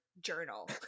Journal